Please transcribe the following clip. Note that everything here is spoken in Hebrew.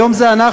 היום זה אנחנו,